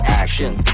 action